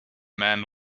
man